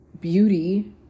beauty